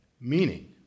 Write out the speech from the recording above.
Meaning